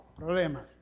Problema